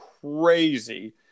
crazy